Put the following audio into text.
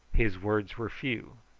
his words were few.